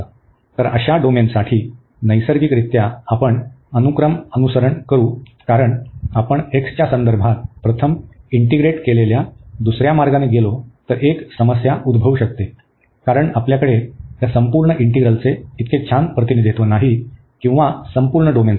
तर अशा डोमेनसाठी नैसर्गिकरित्या आपण अनुक्रम अनुसरण करू कारण आपण x च्या संदर्भात प्रथम इंटीग्रेट केलेल्या दुसर्या मार्गाने गेलो तर एक समस्या उद्भवू शकते कारण आपल्याकडे या संपूर्ण इंटीग्रलचे इतके छान प्रतिनिधित्व नाही किंवा संपूर्ण डोमेन साठी